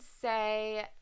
say